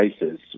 cases